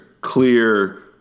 clear